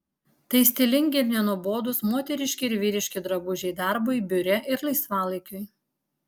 tai stilingi ir nenuobodūs moteriški ir vyriški drabužiai darbui biure ir laisvalaikiui